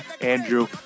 Andrew